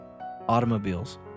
automobiles